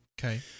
Okay